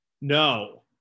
No